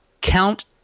count